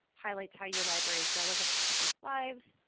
highlights how your library is relevant to people's lives,